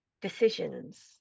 decisions